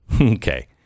Okay